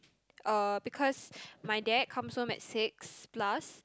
uh because my dad comes home at six plus